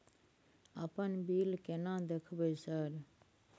अपन बिल केना देखबय सर?